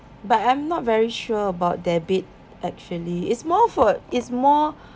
but I'm not very sure about debit actually it's more for it's more